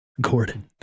Gordon